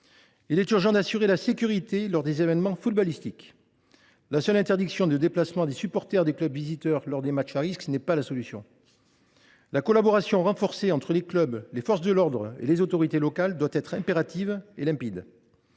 Il est urgent d’assurer la sécurité lors des événements footballistiques. La seule interdiction de déplacement des supporters des clubs visiteurs lors des matchs à risques n’est pas la solution. La collaboration renforcée entre les clubs, les forces de l’ordre et les autorités locales doit être impérative et limpide.